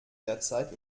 derzeit